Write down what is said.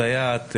מסייעת,